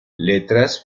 letras